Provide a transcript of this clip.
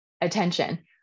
Attention